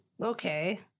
okay